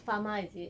pharma is it